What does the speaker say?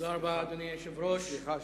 תודה רבה, אדוני היושב-ראש, סליחה.